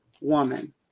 woman